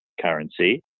currency